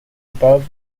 above